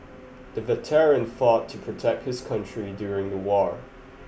the veteran fought to protect his country during the war